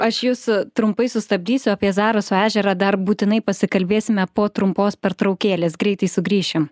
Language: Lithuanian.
aš jus trumpai sustabdysiu apie zaraso ežerą dar būtinai pasikalbėsime po trumpos pertraukėlės greitai sugrįšim